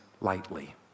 lightly